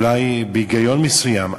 אולי בהיגיון מסוים,